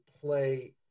play